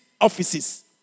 offices